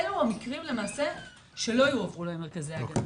אלו המקרים שלא יועברו למרכזי ההגנה.